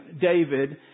David